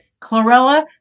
Chlorella